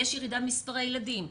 יש ירידה במספרי הילדים.